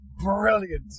brilliant